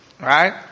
Right